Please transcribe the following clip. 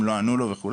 אם לא ענו לו וכו',